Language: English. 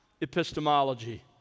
epistemology